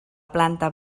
planta